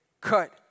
cut